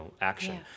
action